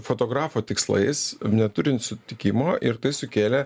fotografo tikslais neturint sutikimo ir tai sukėlė